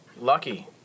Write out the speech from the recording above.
lucky